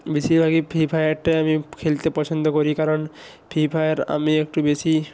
বেশিরভাগই ফ্রি ফায়ারটাই আমি খেলতে পছন্দ করি কারণ ফ্রি ফায়ার আমি একটু বেশি